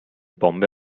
bombe